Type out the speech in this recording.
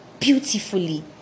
beautifully